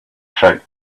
trick